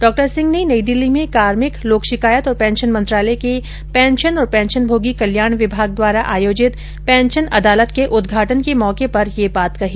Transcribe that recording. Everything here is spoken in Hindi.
डॉ सिंह ने नई दिल्ली में कार्मिक लोक शिकायत और पेंशन मंत्रालय के पेंशन और पेंशनमोगी कल्याण विभाग द्वारा आयोजित पेंशन अदालत के उद्घाटन के मौके पर यह बात कही